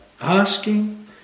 asking